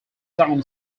down